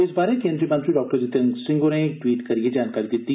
इस बारै केन्द्रीय मंत्री डॉ जितेन्द्र सिंह होरें ट्वीट करिए जानकारी दित्ती